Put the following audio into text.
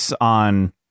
on